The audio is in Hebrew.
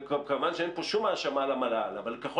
כמובן שאין פה שום האשמה למל"ל ככל